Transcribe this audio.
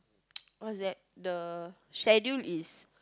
what's that the schedule is